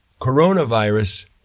coronavirus